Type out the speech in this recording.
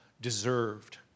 deserved